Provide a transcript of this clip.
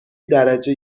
درجه